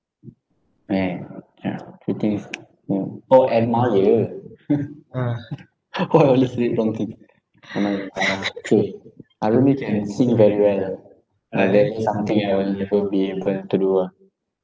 K yeah two things orh admire why always read wrong thing ah okay arumi can sing very well ah that's something I will never be able to do ah